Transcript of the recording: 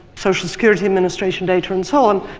social security administration data, and so on.